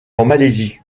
malaisie